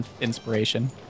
inspiration